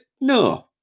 No